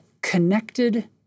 connected